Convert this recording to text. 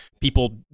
people